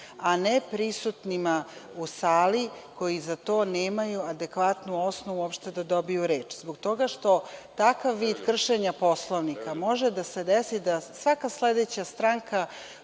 a ne prisutnima u sali, koji za to nemaju adekvatnu osnovu uopšte da dobiju reč, zbog toga što takav vid kršenja Poslovnika može da se desi da svaka sledeća stranka